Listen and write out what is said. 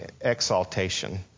exaltation